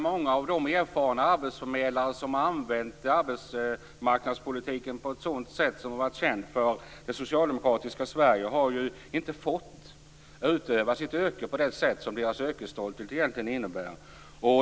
Många av de erfarna arbetsförmedlare som har använt arbetsmarknadspolitiken på ett sådant sätt som har varit känt för det socialdemokratiska Sverige har ju inte fått utöva sitt yrke på det sätt som deras yrkesstolthet egentligen kräver.